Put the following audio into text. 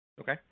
Okay